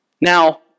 Now